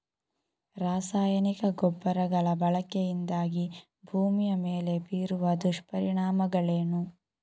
ರಾಸಾಯನಿಕ ಗೊಬ್ಬರಗಳ ಬಳಕೆಯಿಂದಾಗಿ ಭೂಮಿಯ ಮೇಲೆ ಬೀರುವ ದುಷ್ಪರಿಣಾಮಗಳೇನು?